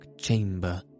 chamber